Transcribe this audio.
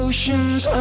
Oceans